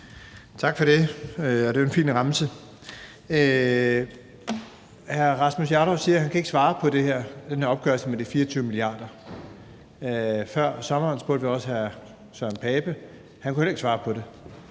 Tak for det. Det er jo en fin remse. Hr. Rasmus Jarlov siger, at han ikke kan svare på det med den her opgørelse på de 24 mia. kr. Vi spurgte før sommeren også hr. Søren Pape Poulsen, og han kunne heller ikke svare på det.